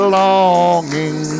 longing